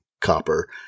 copper